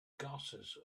gases